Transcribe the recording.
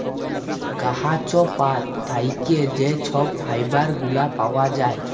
গাহাচ পাত থ্যাইকে যে ছব ফাইবার গুলা পাউয়া যায়